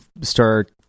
start